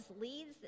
leads